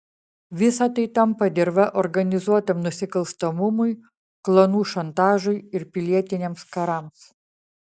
visa tai tampa dirva organizuotam nusikalstamumui klanų šantažui ir pilietiniams karams